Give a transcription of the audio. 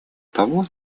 того